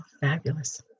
Fabulous